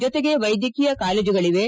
ಜೊತಗೆ ವೈದ್ಯಕೀಯ ಕಾಲೇಜುಗಳಿವೆ